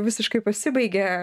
visiškai pasibaigė